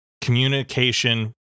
communication